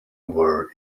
where